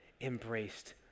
embraced